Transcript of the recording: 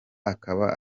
akaba